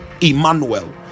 emmanuel